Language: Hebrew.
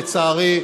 לצערי,